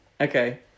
Okay